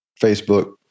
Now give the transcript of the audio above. Facebook